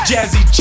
Jazzy